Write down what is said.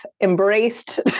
embraced